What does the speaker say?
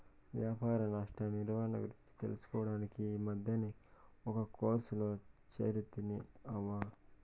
వ్యాపార నష్ట నిర్వహణ గురించి తెలుసుకోడానికి ఈ మద్దినే ఒక కోర్సులో చేరితిని అవ్వా